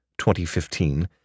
2015